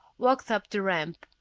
walked up the ramp.